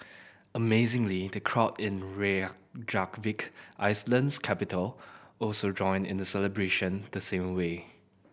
amazingly the crowd in Reykjavik Iceland's capital also joined in the celebration the same way